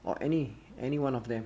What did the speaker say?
or any any one of them